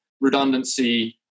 redundancy